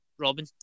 Robin